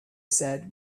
said